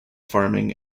farming